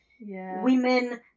Women